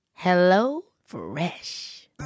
HelloFresh